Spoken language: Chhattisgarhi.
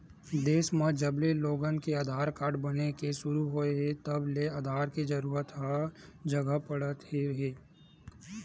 देस म जबले लोगन के आधार कारड बने के सुरू होए हे तब ले आधार के जरूरत हर जघा पड़त हे